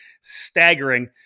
staggering